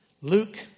Luke